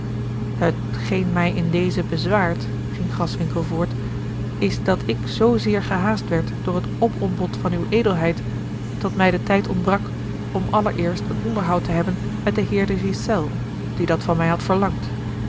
hetgeen mij in dezen bezwaart ging graswinckel voort is dat ik zoozeer gehaast werd door het opontbod van uwe edelheid dat mij de tijd ontbrak om allereerst een onderhoud te hebben met den heer de ghiselles die dat van mij had verlangd